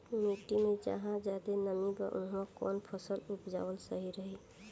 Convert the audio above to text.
मिट्टी मे जहा जादे नमी बा उहवा कौन फसल उपजावल सही रही?